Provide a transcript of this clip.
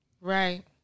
Right